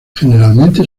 generalmente